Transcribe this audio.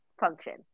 function